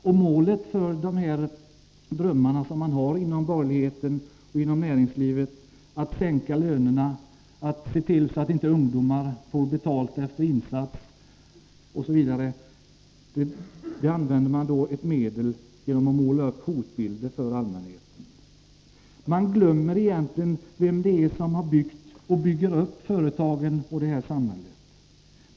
Medlet man använder för att förverkliga det man drömmer om inom borgerligheten och inom näringslivet — att sänka lönerna, att se till så att ungdomar inte får betalt efter insats osv. — är att måla upp hotbilder för allmänheten. Man glömmer vilka det egentligen är som bygger upp — och som har byggt upp — företagen och det här samhället.